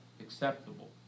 acceptable